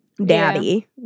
Daddy